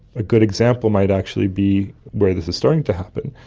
a good example might actually be where this is starting to happen,